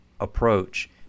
approach